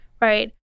right